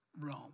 Rome